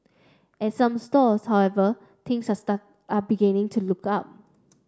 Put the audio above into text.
at some stores however things are are beginning to look up